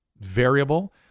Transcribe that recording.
variable